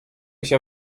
się